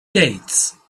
gates